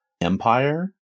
empire